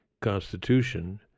Constitution